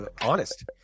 honest